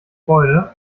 freude